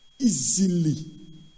easily